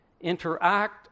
interact